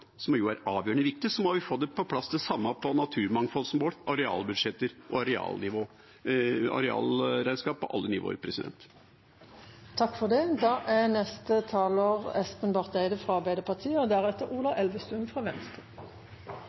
er avgjørende viktig, må vi få på plass det samme på naturmangfoldsmål, arealbudsjetter og arealregnskap på alle nivåer.